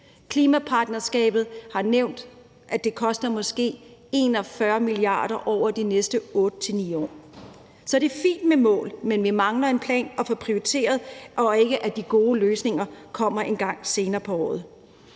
Klimapartnerskabet har nævnt, at det måske koster 41 mia. kr. over de næste 8-9 år. Så det er fint med mål, men vi mangler en plan og at få prioriteret og ikke, at de gode løsninger kommer engang senere på året.